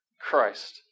Christ